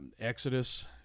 Exodus